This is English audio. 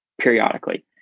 periodically